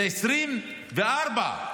זה 2024,